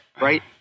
Right